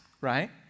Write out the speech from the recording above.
right